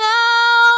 now